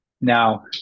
Now